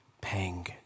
pang